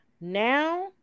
now